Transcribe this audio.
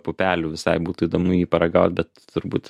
pupelių visai būtų įdomu jį paragaut bet turbūt